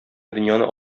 дөньяны